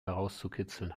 herauszukitzeln